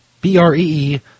B-R-E-E